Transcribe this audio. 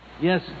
Yes